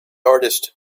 artist